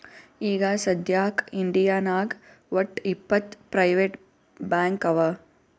ಈಗ ಸದ್ಯಾಕ್ ಇಂಡಿಯಾನಾಗ್ ವಟ್ಟ್ ಇಪ್ಪತ್ ಪ್ರೈವೇಟ್ ಬ್ಯಾಂಕ್ ಅವಾ